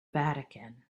vatican